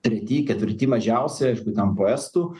treti ketvirti mažiausiai aš būtent po estų